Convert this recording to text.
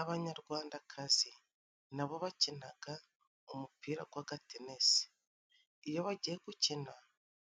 Abanyarwandakazi nabo bakinaga umupira gw'agatenesi. Iyo bagiye gukina